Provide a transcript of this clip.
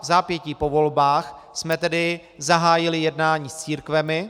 Vzápětí po volbách jsme tedy zahájili jednání s církvemi.